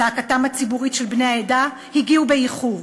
זעקתם הציבורית של בני העדה הגיעה באיחור.